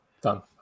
Done